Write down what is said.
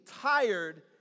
tired